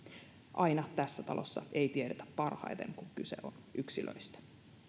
aina tässä talossa ei tiedetä parhaiten kun kyse on yksilöistä